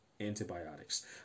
antibiotics